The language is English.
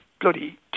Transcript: bloody